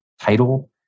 title